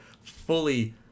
fully